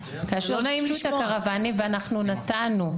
כאשר ביקשו את הקרוואנים ואנחנו נתנו,